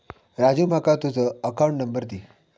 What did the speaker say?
राजू माका तुझ account number दी